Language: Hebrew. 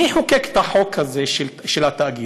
מי חוקק את החוק הזה, של התאגיד?